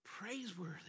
praiseworthy